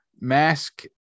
mask